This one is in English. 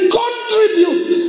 contribute